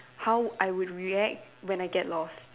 how I would react when I get lost